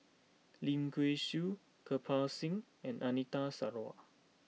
Lim Kay Siu Kirpal Singh and Anita Sarawak